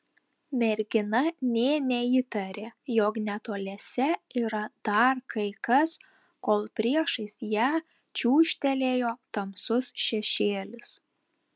mergina nė neįtarė jog netoliese yra dar kai kas kol priešais ją čiūžtelėjo tamsus šešėlis